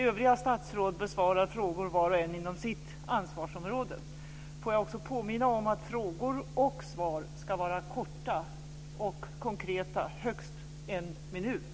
Övriga statsråd besvarar frågor var och en inom sitt ansvarsområde. Låt mig också påminna om att frågor och svar ska vara korta och konkreta, högst en minut.